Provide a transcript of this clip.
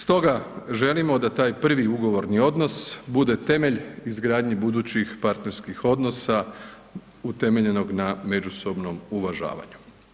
Stoga želimo da taj prvi ugovorni odnos bude temelj izgradnji budućih partnerskih odnosa utemeljenog na međusobnom uvažavanju.